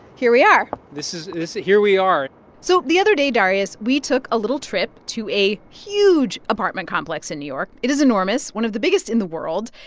here we are this is this here we are so the other day, darius, we took a little trip to a huge apartment complex in new york. it is enormous, one of the biggest in the world.